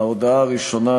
ההודעה הראשונה,